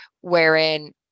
Wherein